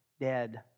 dead